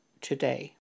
today